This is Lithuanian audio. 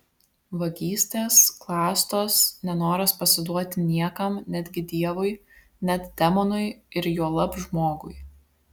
vagystės klastos nenoras pasiduoti niekam netgi dievui net demonui ir juolab žmogui